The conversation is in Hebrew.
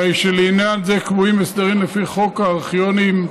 הרי שלעניין זה קבועים הסדרים לפי חוק הארכיונים,